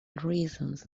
reasons